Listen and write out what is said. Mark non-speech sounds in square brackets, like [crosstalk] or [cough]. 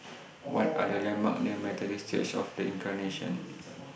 [noise] What Are The landmarks near Methodist Church of The Incarnation